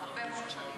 הרבה מאוד שנים.